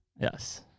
Yes